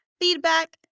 feedback